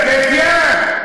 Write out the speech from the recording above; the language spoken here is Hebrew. נקראת לדגל לתת יד.